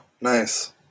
Nice